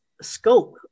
scope